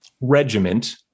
regiment